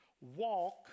Walk